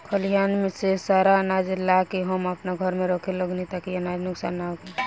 खलिहान से सारा आनाज ला के हम आपना घर में रखे लगनी ताकि अनाज नुक्सान ना होखे